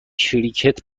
کریکت